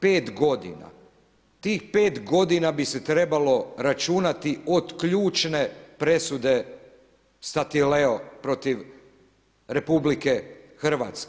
Pet godina, tih pet godina bi se trebalo računati od ključne presude STatileo protiv RH.